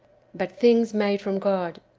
but things made from god.